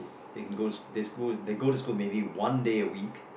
they can go to they school they go to school maybe one day a week